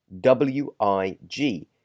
W-I-G